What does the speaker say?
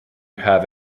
have